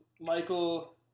Michael